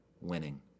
winning